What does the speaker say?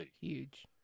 Huge